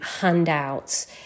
handouts